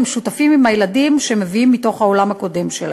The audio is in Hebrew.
שהם משתפים עם הילדים מה שהם מביאים מהעולם הקודם שלהם.